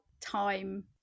time